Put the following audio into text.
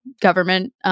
government